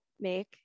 make